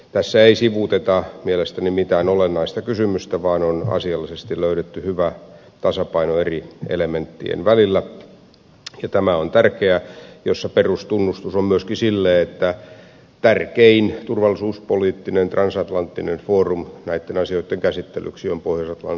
tässä ei sivuuteta mielestäni mitään olennaista kysymystä vaan on asiallisesti löydetty hyvä tasapaino eri elementtien välillä ja tämä on tärkeää ja tässä perustunnustus on myöskin sille että tärkein turvallisuuspoliittinen transatlanttinen foorumi näitten asioitten käsittelylle on pohjois atlantin liitto nato